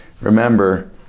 Remember